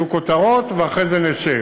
יהיו כותרות, ואחרי זה נשב.